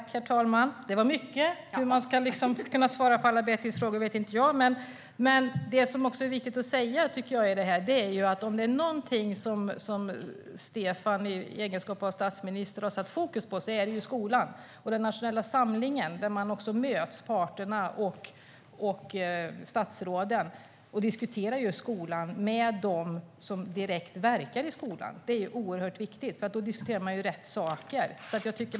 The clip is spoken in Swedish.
Herr talman! Det var mycket! Hur jag ska kunna svara på Betty Malmbergs alla frågor vet inte jag. Om det är något som statsminister Stefan Löfven har satt fokus på är det skolan. I Nationell samling för läraryrket möts parterna och statsråden för att diskutera skolan med dem som direkt verkar i skolan. Det är oerhört viktigt. Då diskuterar man rätt saker.